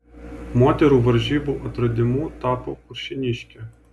moterų varžybų atradimu tapo kuršėniškė